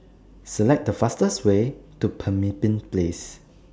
Select The fastest Way to Pemimpin Place